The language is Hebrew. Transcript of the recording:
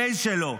בבייס שלו,